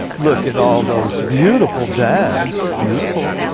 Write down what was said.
look at all those beautiful dabs. beautiful.